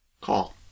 call